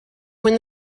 when